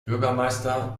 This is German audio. bürgermeister